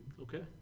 Okay